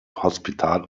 hospital